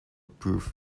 proof